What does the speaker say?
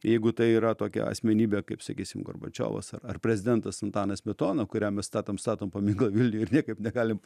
jeigu tai yra tokia asmenybė kaip sakysime gorbačiovas ar ar prezidentas antanas smetona kuriam mes statom statom paminklą vilniuj ir niekaip negalim